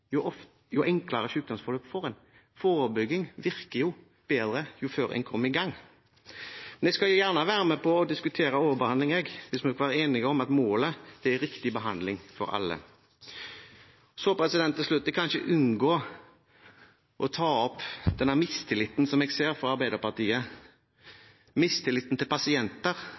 jo enklere sykdomsforløp får en. Forebygging virker bedre jo før man kommer i gang. Men jeg skal gjerne være med på å diskutere overbehandling hvis vi kan være enige om at målet er riktig behandling for alle. Til slutt kan jeg ikke unngå å ta opp den mistilliten jeg ser hos Arbeiderpartiet, mistilliten til pasienter,